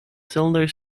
cylinder